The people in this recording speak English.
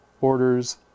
orders